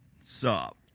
Sup